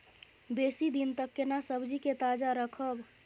बेसी दिन तक केना सब्जी के ताजा रखब?